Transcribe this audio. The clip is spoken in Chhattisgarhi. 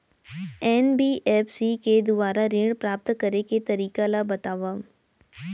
एन.बी.एफ.सी के दुवारा ऋण प्राप्त करे के तरीका ल बतावव?